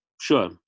Sure